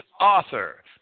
author